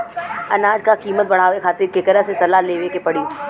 अनाज क कीमत बढ़ावे खातिर केकरा से सलाह लेवे के पड़ी?